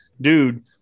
Dude